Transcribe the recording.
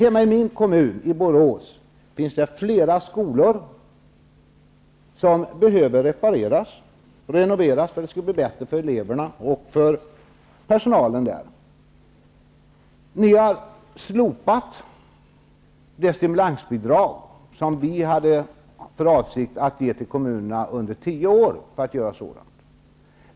Hemma i min kommun, Borås, finns det flera skolor som behöver repareras och renoveras, för att bli bättre för eleverna och för personalen. Ni har slopat det stimulansbidrag som vi hade för avsikt att ge till kommunerna under tio år, för att göra sådant.